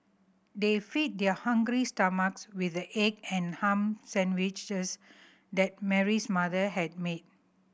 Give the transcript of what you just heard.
they fed their hungry stomachs with the egg and ham sandwiches that Mary's mother had made